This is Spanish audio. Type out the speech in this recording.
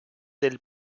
del